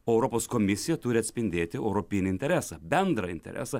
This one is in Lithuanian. o europos komisija turi atspindėti europinį interesą bendrą interesą